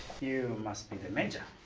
you must be the major.